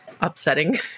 upsetting